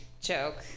joke